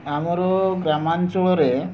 ଆମର ଗ୍ରାମାଞ୍ଚଳରେ